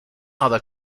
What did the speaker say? other